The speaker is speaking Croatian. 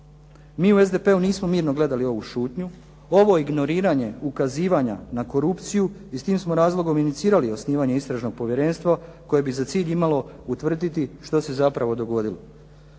Mi u SDP-u nismo mirno gledali ovu šutnju, ovo ignoriranje ukazivanja na korupciju i s tim smo razlogom inicirali osnivanje Istražnog povjerenstva koje bi za cilj imalo utvrditi što se zapravo dogodilo.